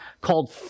called